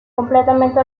completamente